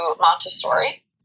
Montessori